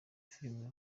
filime